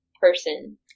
person